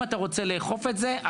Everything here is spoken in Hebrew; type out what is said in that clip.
אם אתה רוצה לאכוף את זה,